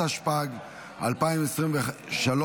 התשפ"ג 2023,